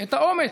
את האומץ,